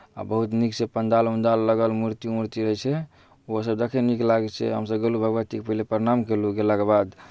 आ बहुत नीकसँ पण्डाल उण्डाल लागल मूर्ति ऊर्ति रहै छै ओसभ देखैमे नीक लागै छै हमसभ गेलहुँ भगवतीकेँ पहले प्रणाम कयलहुँ गेलाके बाद